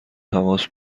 تماس